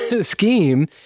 scheme